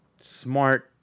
smart